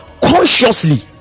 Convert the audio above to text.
consciously